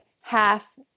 half